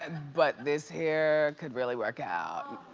and but this here could really work out.